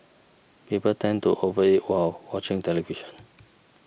people tend to over eat while watching television